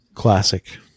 classic